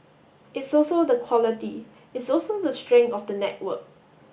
it's also the quality it's also the strength of the network